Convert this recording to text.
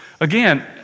Again